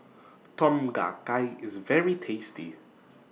Tom Kha Gai IS very tasty